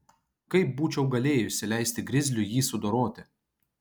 kaip būčiau galėjusi leisti grizliui jį sudoroti